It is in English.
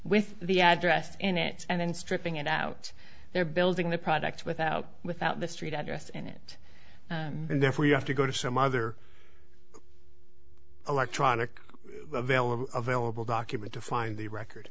with the address in it and then stripping it out they're building the product without without the street address in it and therefore you have to go to some other electronic available available document to find the record